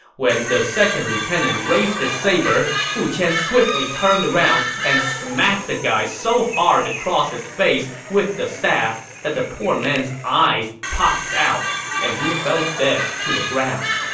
when the second lieutenant raised his saber, fu qian swiftly turned around and smacked the guy so hard across his face with the staff that the poor man's eyes popped out and he fell dead to the ground.